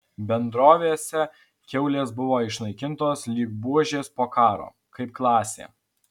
bendrovėse kiaulės buvo išnaikintos lyg buožės po karo kaip klasė